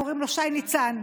קוראים לו שי ניצן.